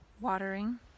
watering